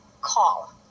call